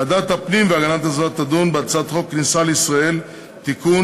ועדת הפנים והגנת הסביבה תדון בהצעת חוק הכניסה לישראל (תיקון,